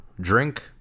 drink